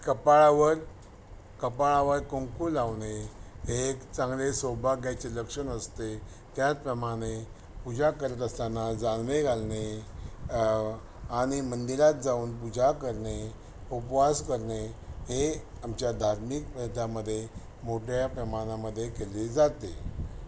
कपाळावर कपाळावर कुंकू लावणे हे चांगले सौभाग्याचे लक्षण असते त्याचप्रमाणे पूजा करत असताना जानवे घालणे आणि मंदिरात जाऊन पूजा करणे उपवास करणे हे आमच्या धार्मिक प्रथांमध्ये मोठ्या प्रमाणामध्ये केले जाते